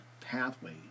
pathway